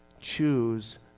Choose